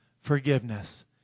forgiveness